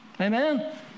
Amen